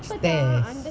stairs